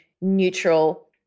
neutral